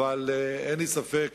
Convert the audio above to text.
אבל אין לי ספק